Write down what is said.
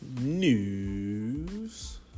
news